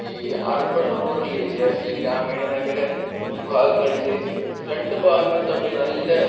ഈ urban rural ഏരിയാസിൽ ഗ്രാമീണ നഗര ഭാഗങ്ങളിൽ രണ്ട് ഭാഗങ്ങൾ തമ്മിൽ നല്ല